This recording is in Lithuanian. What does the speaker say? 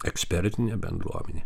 ekspertine bendruomene